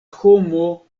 homo